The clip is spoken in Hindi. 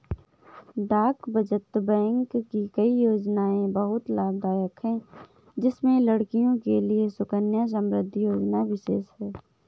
डाक बचत बैंक की कई योजनायें बहुत लाभदायक है जिसमें लड़कियों के लिए सुकन्या समृद्धि योजना विशेष है